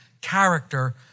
character